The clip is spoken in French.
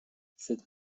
cette